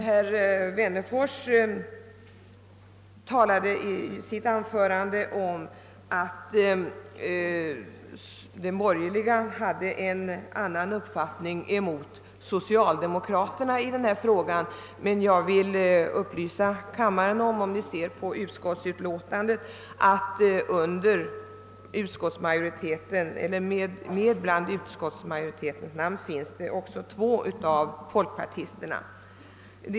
Herr Wennerfors sade i sitt anförande att de borgerliga hade en annan uppfattning än socialdemokraterna. Men om kammarens ledamöter läser utskottsutlåtandet återfinner de bland dem som stöder utskottsmajoriteten även två folkpartister.